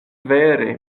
vere